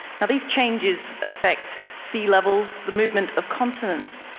ah these changes affect sea levels, the movement of continents,